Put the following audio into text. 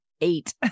eight